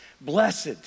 Blessed